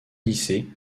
lycée